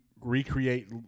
recreate